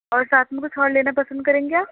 اور ساتھ میں کچھ اور لینا پسند کریں گے آپ